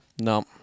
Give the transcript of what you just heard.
No